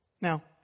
Now